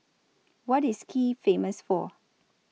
What IS Kiev Famous For